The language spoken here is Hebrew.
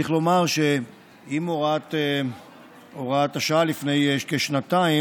צריך לומר שעם הוראת השעה לפני כשנתיים,